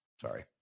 sorry